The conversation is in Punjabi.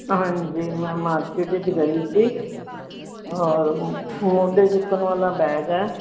ਹਾਂਜੀ ਮੈਂ ਮਾਰਕੀਟ 'ਚ ਗਈ ਸੀ ਔਰ ਮੋਢੇ ਚੁੱਕਣ ਵਾਲਾ ਬੈਗ ਹੈ